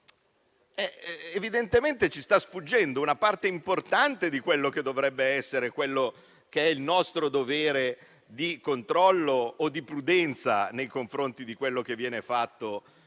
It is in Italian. evidentemente ci sta sfuggendo una parte importante di quello che dovrebbe essere il nostro dovere di controllo o di prudenza rispetto a quanto avviene nel